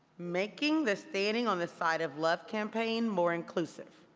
making the standing on the side of love campaign more inclusive,